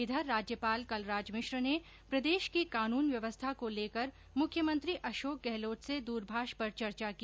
इधर राज्यपाल कलराज मिश्र ने प्रदेश की कानून व्यवस्था को लेकर मुख्यमंत्री अशोक गहलोत से दूरभाष पर चर्चा की